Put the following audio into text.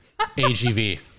AGV